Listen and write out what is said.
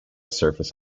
surface